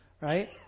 right